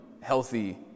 healthy